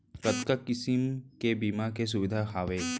कतका किसिम के बीमा के सुविधा हावे?